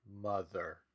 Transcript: mother